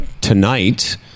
tonight